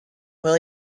will